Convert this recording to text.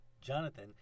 Jonathan